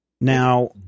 Now